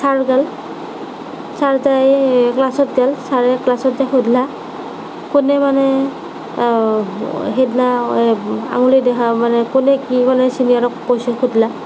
sir গেল sir যায় ক্লাছত গেল ছাৰে ক্লাছত যায় সোধলাক কোনে মানে সেইদিনা আঙুলি দেখা মানে কোনে কি ক'লে ছিনিয়ৰক কুৱেশ্যন সোধলাক